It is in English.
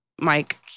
Mike